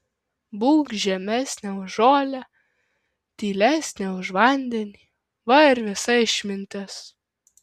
būk žemesnė už žolę tylesnė už vandenį va ir visa išmintis